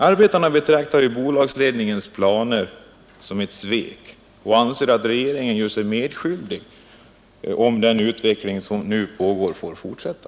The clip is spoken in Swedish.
Arbetarna betraktar ju bolagsledningens planer som ett svek och anser att regeringen görs medskyldig om den utveckling som nu pågår får fortsätta.